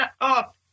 up